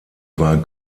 war